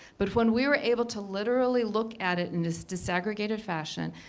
but when we were able to literally look at it in this disaggregated fashion,